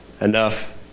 enough